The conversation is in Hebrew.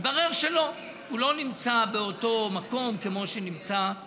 התברר שלא, היא לא נמצאת באותו מקום כמו שנמצאים